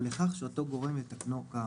ולכך שאותו גורם יתקנו כאמור.